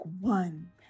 one